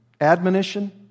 Admonition